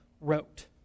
wrote